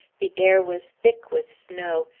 the air was thick with snow,